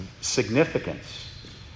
significance